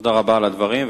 תודה רבה על הדברים.